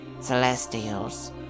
celestials